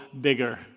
bigger